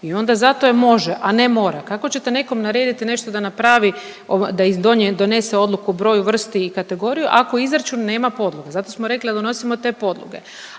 i onda zato je može, a ne mora. Kako ćete nekom narediti nešto da napravi, da donese odluku o broju, vrsti i kategoriji ako izračun nema podlogu. Zato smo rekli da donosimo te podloge.